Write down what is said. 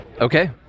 Okay